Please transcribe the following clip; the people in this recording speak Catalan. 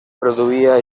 produïa